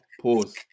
Pause